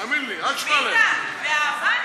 תאמין לי, אל תשמע להם.